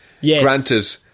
Granted